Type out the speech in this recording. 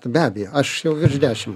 be abejo aš jau virš dešim